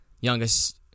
youngest